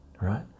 right